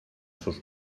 sos